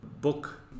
book